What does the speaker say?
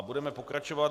Budeme pokračovat.